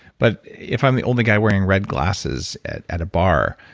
but if i'm the only guy wearing red glasses at at a bar,